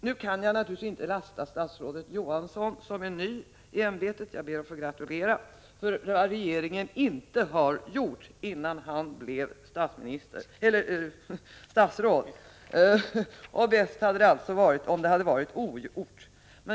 Jag kan naturligtvis inte lasta statsrådet Johansson — som är ny i ämbetet och som jag ber att få gratulera — för vad regeringen inte har gjort innan han blev statsråd. Det hade alltså varit bäst om det hade varit ogjort.